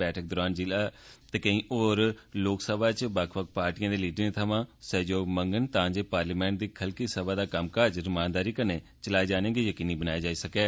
meeting दौरान विरला होर लोकसभा च बक्ख बक्ख पार्टिएं दे लीडरें सवा सहयोग मंगगन तां जे पार्लियामेंट दी खल्की सभा दा कम्मकाज रमानदारी कन्नै चलाए जाने गी यकीनी बनाया जाई सकै